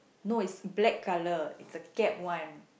no is black colour it's the cap one